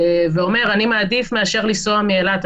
ואומר: אני מעדיף מאשר לנסוע מאילת,